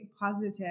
positive